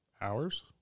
Hours